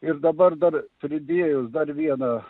ir dabar dar pridėjus dar vieną